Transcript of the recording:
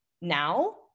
now